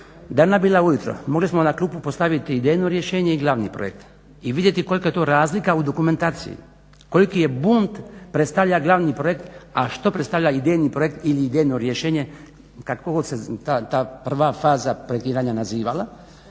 ona bila ujutro mogli smo na klupu postaviti idejno rješenje i glavni projekt i vidjeti kolika je to razlika u dokumentaciji, koliki bunt predstavlja glavni projekt, a što predstavlja idejni projekt ili idejno rješenje kako god se ta prva faza projektiranja nazivala,